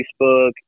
Facebook